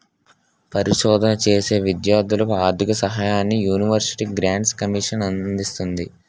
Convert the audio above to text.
పరిశోధన చేసే విద్యార్ధులకు ఆర్ధిక సహాయాన్ని యూనివర్సిటీ గ్రాంట్స్ కమిషన్ అందిస్తుంది